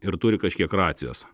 ir turi kažkiek racijos